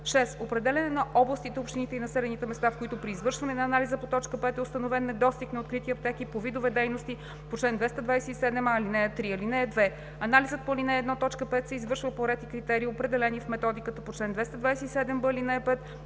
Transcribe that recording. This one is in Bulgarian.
6. определяне на областите, общините и населените места, в които при извършване на анализа по т. 5 е установен недостиг на открити аптеки по видове дейности по чл. 227а, ал. 3. (2) Анализът по ал. 1, т. 5 се извършва по ред и критерии, определени в методиката по чл. 227б, ал. 5,